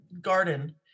garden